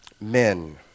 men